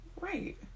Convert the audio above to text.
Right